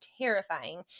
terrifying